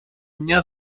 μια